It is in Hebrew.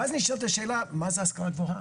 ואז נשאלת השאלה מה זה השכלה גבוהה?